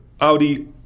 Audi